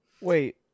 Wait